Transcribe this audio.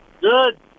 Good